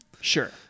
Sure